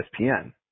ESPN